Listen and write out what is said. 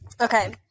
okay